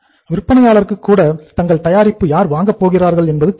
விற்பனையாளருக்கு கூட தங்கள் தயாரிப்பு யார் வாங்கப் போகிறார்கள் என்பது தெரியும்